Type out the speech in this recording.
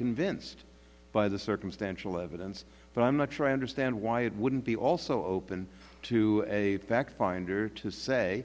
convinced by the circumstantial evidence but i'm not sure i understand why it wouldn't be also open to a fact finder to say